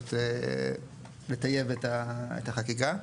לנסות לטייב את החקיקה.